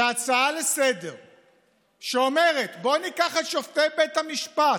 שהצעה לסדר-היום שאומרת: בואו ניקח את שופטי בית המשפט,